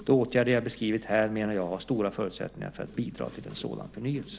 De åtgärder jag beskrivit här menar jag har stora förutsättningar att bidra till en sådan förnyelse.